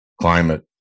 climate